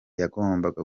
yagombaga